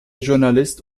journalist